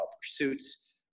pursuits